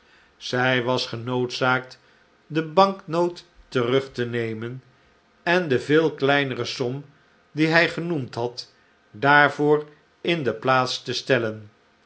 zij was genoodzaakt de banknoot terug te nemen en de veel kleinere som die hij genoemd had daarvoor in de plaats te stellen